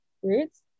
fruits